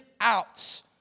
out